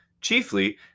chiefly